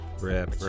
Rip